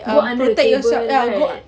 go under the table right